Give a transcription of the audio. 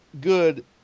good